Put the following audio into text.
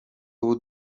ubu